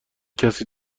کسی